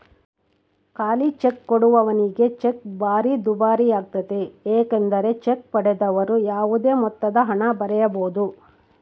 ಖಾಲಿಚೆಕ್ ಕೊಡುವವನಿಗೆ ಚೆಕ್ ಭಾರಿ ದುಬಾರಿಯಾಗ್ತತೆ ಏಕೆಂದರೆ ಚೆಕ್ ಪಡೆದವರು ಯಾವುದೇ ಮೊತ್ತದಹಣ ಬರೆಯಬೊದು